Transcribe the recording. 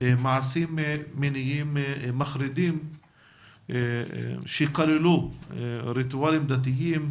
מעשים מיניים מחרידים שכללו ריטואלים דתיים,